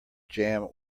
jam